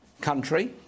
country